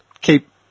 keep